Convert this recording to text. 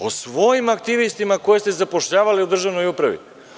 O svojim aktivistima koje ste zapošljavali u državnoj upravi.